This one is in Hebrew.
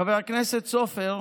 חבר הכנסת סופר,